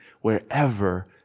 wherever